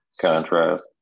Contrast